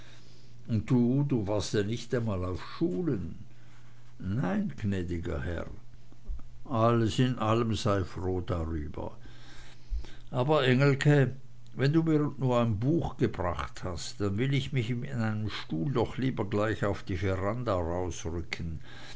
du du warst ja nich mal auf schulen nein gnädiger herr alles in allem sei froh drüber aber engelke wenn du mir nu ein buch gebracht hast dann will ich mich mit meinem stuhl doch lieber gleich auf die veranda rausrücken